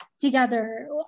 together